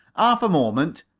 half a moment,